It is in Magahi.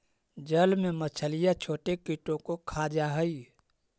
जल में मछलियां छोटे कीटों को खा जा हई